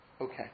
Okay